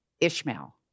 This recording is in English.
Ishmael